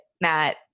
Matt